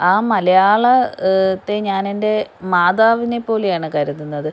ആ മലയാള ത്തെ ഞാൻ എൻ്റെ മാതാവിനേപ്പോലെയാണ് കരുതുന്നത്